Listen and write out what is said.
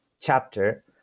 chapter